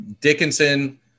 Dickinson